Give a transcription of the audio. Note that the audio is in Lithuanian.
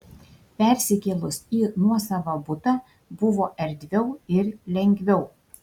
persikėlus į nuosavą butą buvo erdviau ir lengviau